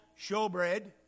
showbread